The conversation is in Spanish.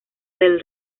del